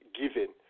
given